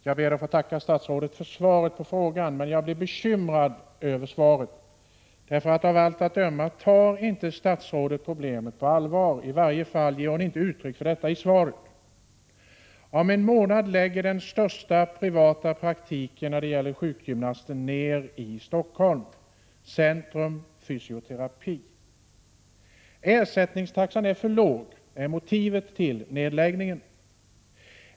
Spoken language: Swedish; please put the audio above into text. Herr talman! Jag ber att få tacka statsrådet för svaret på frågan, men jag är bekymrad över detsamma. Av allt att döma tar statsrådet inte problemet på allvar, i varje fall ger hon inte uttryck för detta i svaret. Om en månad lägger den största privata praktiken när det gäller sjukgymnastik i Stockholm, Centrum Fysioterapi, ned sin verksamhet. Ersättningstaxan är för låg är motivet till nedläggningen.